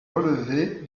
relever